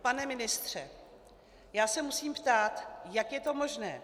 Pane ministře, já se musím ptát, jak je to možné.